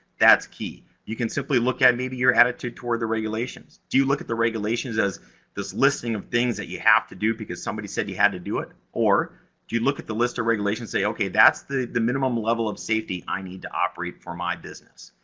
that's key. you can simply look at, maybe, your attitude toward the regulations. do you look at the regulations as this listing of things that you have to do, because somebody said you had to do it, or do you look at the list of regulations and say, okay, that's the the minimum level of safety i need to operate for my business?